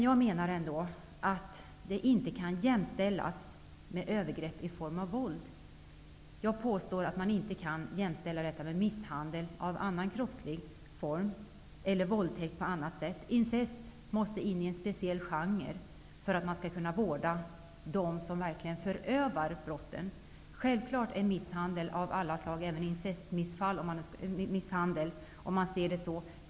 Jag menar ändå att det inte kan jämställas med övergrepp i form av våld, att man inte kan jämställa detta med misshandel i annan kroppslig form eller våldtäkt. Incest måste föras in i en speciell genre för att man skall kunna vårda dem som verkligen förövar brotten. Självfallet är misshandel av alla slag, även incest, misshandel om man ser det på ett sådant sätt.